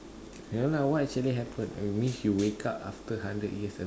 ya lah what actually happen it means you wake up after hundred years